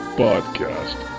podcast